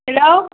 hello